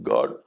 God